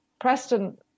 Preston